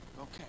Okay